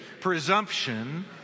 presumption